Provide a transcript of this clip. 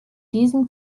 diesem